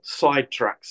sidetracks